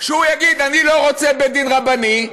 שהוא יגיד: אני לא רוצה בית-דין רבני,